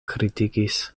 kritikis